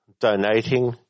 donating